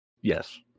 yes